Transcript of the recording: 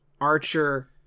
Archer